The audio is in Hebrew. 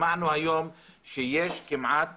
שמענו היום שיש כמעט